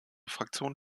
fraktion